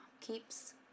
keeps